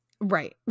Right